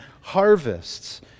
harvests